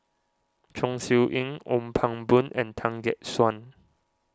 Chong Siew Ying Ong Pang Boon and Tan Gek Suan